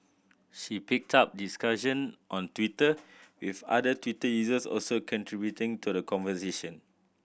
she picked up discussion on Twitter with other Twitter users also contributing to the conversation